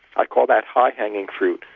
i call that high-hanging fruit,